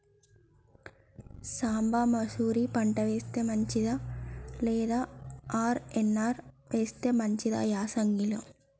సాంబ మషూరి పంట వేస్తే మంచిదా లేదా ఆర్.ఎన్.ఆర్ వేస్తే మంచిదా యాసంగి లో?